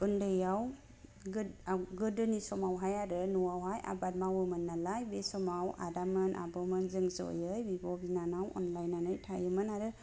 उन्दैआव गोदोनि समावहाय आरो न'आवहाय आबाद मावोमोन नालाय बे समाव आदामोन आब'मोन जों ज'यै बिब' बिनानाव अनलायनानै थायोमोन आरो